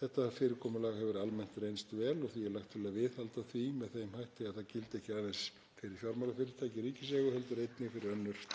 Þetta fyrirkomulag hefur almennt reynst vel og því er lagt til að viðhalda því með þeim hætti að það gildi ekki aðeins fyrir fjármálafyrirtæki í ríkiseigu heldur einnig fyrir önnur